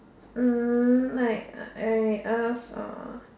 hmm like I ask uh